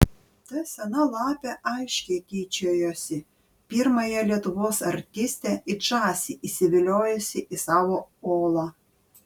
ta sena lapė aiškiai tyčiojosi pirmąją lietuvos artistę it žąsį įsiviliojusi į savo olą